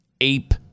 ape